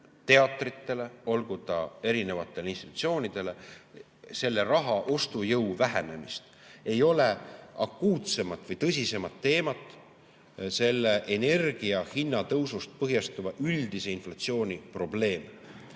teatrid, olgu nad erinevad teised institutsioonid – raha ostujõu vähenemist. Ei ole akuutsemat või tõsisemat teemat kui energiahinna tõusust põhjustatud üldise inflatsiooni probleem.